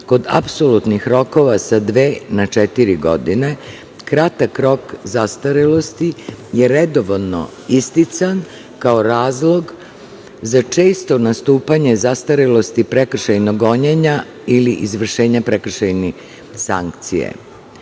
kod apsolutnih rokova sa dve na četiri godine. Kratak rok zastarelosti je redovno istican kao razlog za često nastupanje prekršajnog gonjenja ili izvršenja prekršajne sankcije.